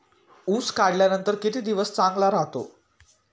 ऊस काढल्यानंतर किती दिवस चांगला राहतो?